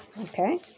Okay